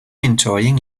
enjoying